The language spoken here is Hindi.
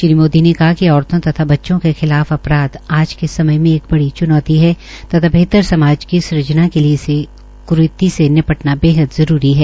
श्री मोदी ने कहा कि औरतों तथा बच्चों के खिलाफ अपराध आज के समय में एक बड़ी चुनौती है तथा बेहतर समाज की सृजना के लिये इस क्रीती से निपटना बेहद जरूरी है